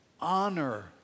honor